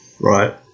Right